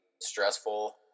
stressful